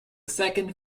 second